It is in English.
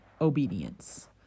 obedience